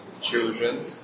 children